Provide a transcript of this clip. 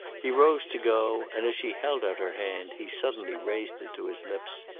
he rose to go, and as she held out her hand, he suddenly raised it to his lips,